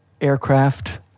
aircraft